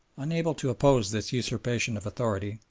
unable to oppose this usurpation of authority,